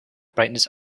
brightness